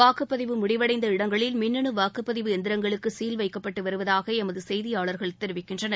வாக்குப்பதிவு முடிவடைந்த இடங்களில் மின்னணு வாக்குப்பதிவு எந்திரங்களுக்கு சீல் வைக்கப்பட்டு வருவதாக எமது செய்தியாளர்கள் தெரிவிக்கின்றனர்